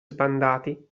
sbandati